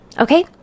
Okay